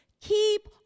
Keep